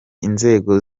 inzego